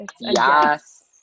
yes